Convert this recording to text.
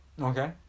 Okay